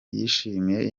yishimiye